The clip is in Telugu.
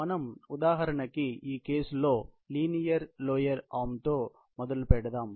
మనం ఉదాహరణకి ఈ కేసులో లీనియర్ లోవర్ ఆర్మ్ తో మొదలు పెట్టాము